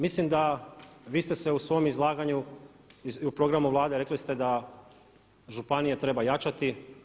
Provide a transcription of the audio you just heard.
Mislim da vi ste se u svom izlaganju, u programu Vlade rekli ste da županije treba jačati.